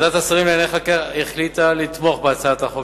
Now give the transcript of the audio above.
ועדת השרים לענייני חקיקה החליטה לתמוך בהצעת החוק